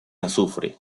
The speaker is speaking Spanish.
azufre